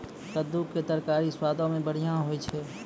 कद्दू के तरकारी स्वादो मे बढ़िया होय छै